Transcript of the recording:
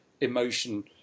emotion